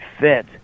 fit